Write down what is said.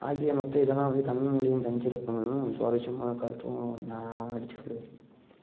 ஆகிய மொத்தம் இதெல்லாம் வந்து தமிழ் மொழியின் தனிச்சிறப்புகள்னும் சுவாரஸ்யமான கருத்துன்னும் நான் அடித்து சொல்வேன்